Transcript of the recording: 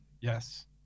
Yes